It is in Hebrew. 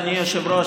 אדוני היושב-ראש,